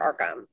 Arkham